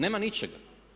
Nema ničega.